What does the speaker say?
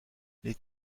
les